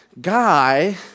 guy